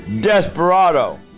Desperado